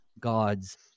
God's